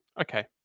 okay